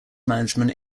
management